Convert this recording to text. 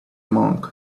monk